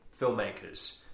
filmmakers